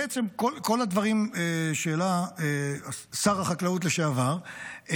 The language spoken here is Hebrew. בעצם כל הדברים שהעלה שר החקלאות לשעבר,